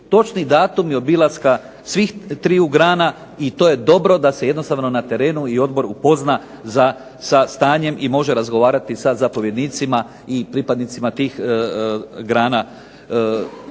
točni datumi obilaska svih triju grana. I to je dobro da se jednostavno na terenu odbor upozna sa stanjem i može razgovarati sa zapovjednicima i pripadnicima tih grana